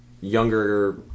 younger